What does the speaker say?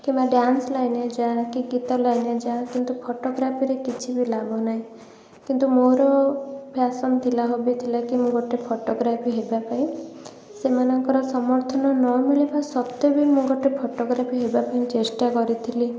କିମ୍ବା ଡ୍ୟାନ୍ସ ଲାଇନ୍ରେ ଯାଆ କି ଗୀତ ଲାଇନ୍ରେ ଯାଆ କିନ୍ତୁ ଫୋଟୋଗ୍ରାଫିରେ କିଛି ବି ଲାଭ ନାହିଁ କିନ୍ତୁ ମୋର ପ୍ୟାଶନ୍ ଥିଲା ହବି ଥିଲା କି ମୁଁ ଗୋଟେ ଫୋଟୋଗ୍ରାଫି ହେବା ପାଇଁ ସେମାନଙ୍କର ସମର୍ଥନ ନ ମିଳିବା ସତ୍ୱେ ବି ମୁଁ ଫୋଟୋଗ୍ରାଫି ହେବା ପାଇଁ ଚେଷ୍ଟା କରିଥିଲି